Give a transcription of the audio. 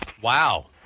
Wow